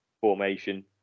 formation